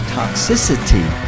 toxicity